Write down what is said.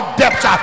depth